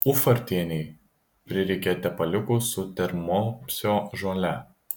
ufartienei prireikė tepaliukų su termopsio žole